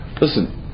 listen